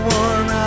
one